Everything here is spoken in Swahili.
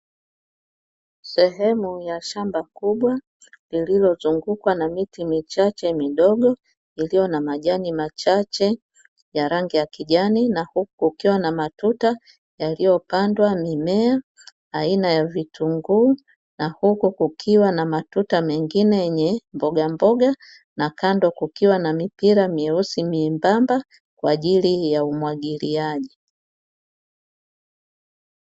Sehemu ya shamba kubwa lililozungukwa na miti michache midogo, iliyo na majani machache ya rangi ya kijani na huku kukiwa na matuta yaliyopandwa mimea aina ya vitunguu, na huku kukiwa na matuta mengine yenye mbogamboga na kando kukiwa na mipira meusi miembamba kwa ajili ya umwagiliaji.